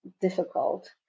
difficult